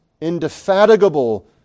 indefatigable